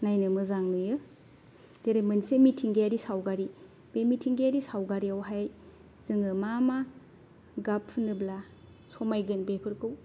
नायनो मोजां नुयो जेरै मोनसे मिथिंगायारि सावगारि बे मिथिंगायारि सावगारियावहाय जोङो मा मा गाब फुनोब्ला समायगोन बेफोरखौ